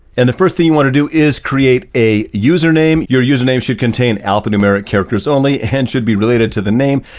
and the first thing you want to do is create a username. your username should contain alphanumeric characters only and it should be related to the name.